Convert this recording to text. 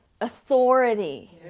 authority